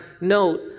Note